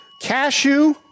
Cashew